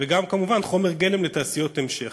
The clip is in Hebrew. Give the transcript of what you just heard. וגם כמובן חומר גלם לתעשיות המשך.